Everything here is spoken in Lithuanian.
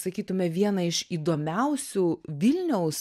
sakytume vieną iš įdomiausių vilniaus